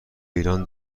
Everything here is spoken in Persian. ایران